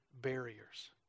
barriers